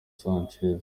sanchez